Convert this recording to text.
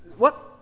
what?